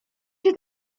się